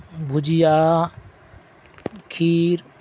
بھجیا کھیر